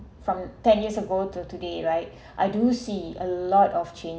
from ten years ago till today right I do see a lot of changes